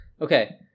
Okay